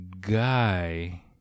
guy